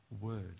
word